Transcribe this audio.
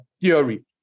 theory